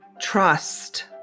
trust